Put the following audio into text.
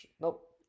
nope